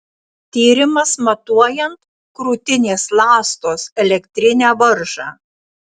tyrimas matuojant krūtinės ląstos elektrinę varžą